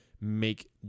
make